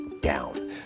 down